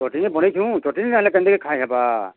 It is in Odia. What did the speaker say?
ଚଟ୍ନି ବନେଇଛୁଁ ଚଟ୍ନି ନାଇ ହେଲେ କେନ୍ତି କରି ଖାଇହେବା